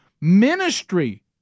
ministry